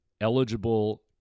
eligible